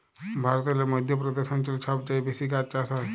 ভারতেল্লে মধ্য প্রদেশ অঞ্চলে ছব চাঁঁয়ে বেশি গাহাচ চাষ হ্যয়